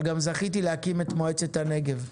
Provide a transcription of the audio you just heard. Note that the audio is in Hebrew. אבל גם זכיתי להקים את מועצת הנגב,